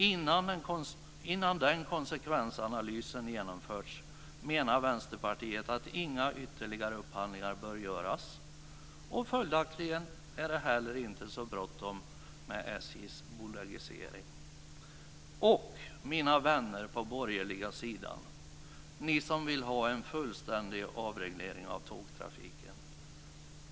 Innan den konsekvensanalysen har genomförts menar Vänsterpartiet att inga ytterligare upphandlingar bör göras, och följaktligen är det heller inte så bråttom med SJ:s bolagisering. Och, mina vänner på den borgerliga sidan, ni som vill ha en fullständig avreglering av tågtrafiken!